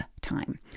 time